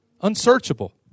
Unsearchable